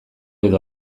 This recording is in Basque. edo